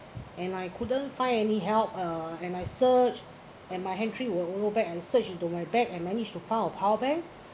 and I couldn't find any help uh and I search and my were low batt and searched into my bag I managed to found a powerbank